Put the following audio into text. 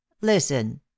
listen